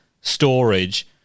storage